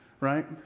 right